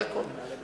זה הכול.